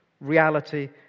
Reality